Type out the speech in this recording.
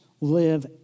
live